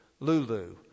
Lulu